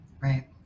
Right